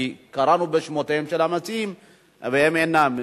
כי קראנו בשמותיהם של אנשים והם אינם.